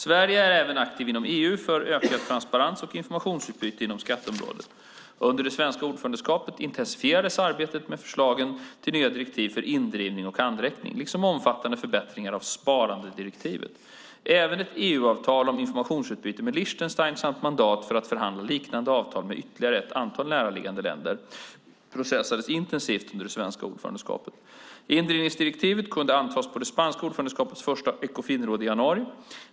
Sverige är även aktivt inom EU för ökad transparens och informationsutbyte på skatteområdet. Under det svenska ordförandeskapet intensifierades arbetet med förslagen till nya direktiv för indrivning och handräckning liksom omfattande förbättringar av sparandedirektivet. Även ett EU-avtal om informationsutbyte med Liechtenstein samt mandat för att förhandla liknande avtal med ytterligare ett antal närliggande tredjeländer processades intensivt under det svenska ordförandeskapet. Indrivningsdirektivet kunde antas på det spanska ordförandeskapets första Ekofinråd i januari.